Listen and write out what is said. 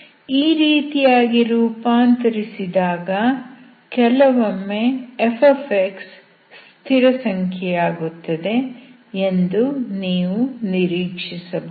ಈ ರೀತಿಯಾಗಿ ರೂಪಾಂತರಿಸಿದಾಗ ಕೆಲವೊಮ್ಮೆ f ಸ್ಥಿರಸಂಖ್ಯೆಯಾಗುತ್ತದೆ ಎಂದು ನೀವು ನಿರೀಕ್ಷಿಸಬಹುದು